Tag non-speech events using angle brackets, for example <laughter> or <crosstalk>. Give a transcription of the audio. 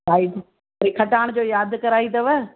<unintelligible> ऐं खटाण जो यादि कराई अथव